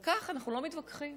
על כך אנחנו לא מתווכחים,